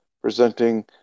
presenting